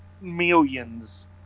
millions